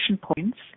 points